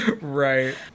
Right